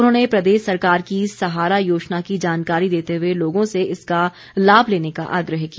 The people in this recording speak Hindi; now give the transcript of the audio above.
उन्होंने प्रदेश सरकार की सहारा योजना की जानकारी देते हुए लोगों से इसका लाभ लेने का आग्रह किया